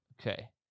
Okay